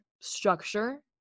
structure